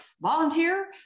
volunteer